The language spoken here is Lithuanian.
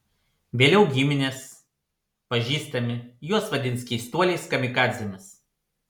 vėliau giminės pažįstami juos vadins keistuoliais kamikadzėmis